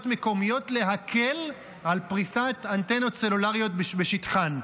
מקומיות להקל את פריסת אנטנות סלולריות בשטחן.